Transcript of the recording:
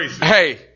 hey